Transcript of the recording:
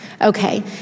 Okay